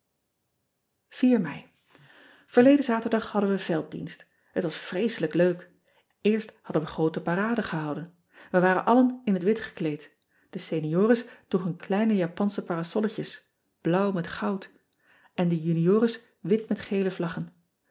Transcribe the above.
erleden aterdag hadden we velddienst et was vreeselijk leuk erst hadden we groote parade gehouden e waren allen in het wit gekleed e eniores droegen kleine apansche parasolletjes blauw met goud en de uniores wat met gele vlaggen